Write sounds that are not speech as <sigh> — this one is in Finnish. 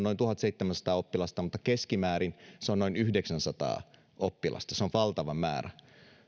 <unintelligible> noin tuhatseitsemänsataa oppilasta keskimäärin noin yhdeksänsataa oppilasta se on valtava määrä